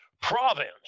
province